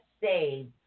save